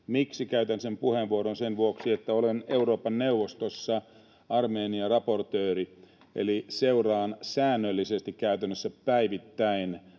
Miksi käytän sen puheenvuoron? Sen vuoksi, että olen Euroopan neuvostossa Armenia-raportööri, eli seuraan säännöllisesti, käytännössä päivittäin,